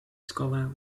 scholar